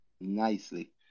nicely